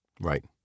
right